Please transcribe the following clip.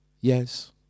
yes